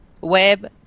web